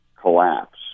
collapse